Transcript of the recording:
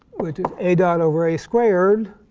which is a dot over a squared,